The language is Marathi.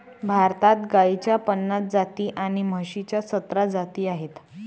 भारतात गाईच्या पन्नास जाती आणि म्हशीच्या सतरा जाती आहेत